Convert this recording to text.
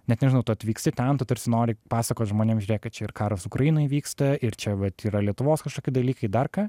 net nežinau tu atvyksti ten tu tarsi nori pasakot žmonėm žiūrėkit čia ir karas ukrainoj vyksta ir čia vat yra lietuvos kažkokie dalykai dar ką